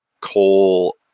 coal